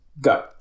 go